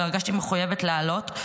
אבל הרגשתי מחויבת לעלות,